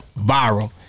Viral